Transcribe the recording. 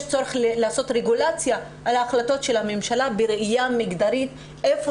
יש צורך לעשות רגולציה על ההחלטות של הממשלה בראייה מגדרית איפה